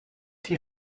die